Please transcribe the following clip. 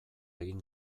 egin